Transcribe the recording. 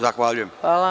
Zahvaljujem.